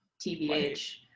TVH